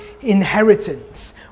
inheritance